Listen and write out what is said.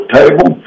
table